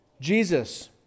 Jesus